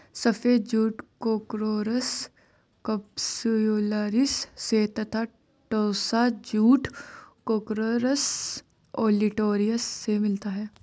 सफ़ेद जूट Corchorus capsularis से तथा टोस्सा जूट कोर्कोरस ओलिटोरियस से मिलता है